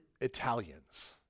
Italians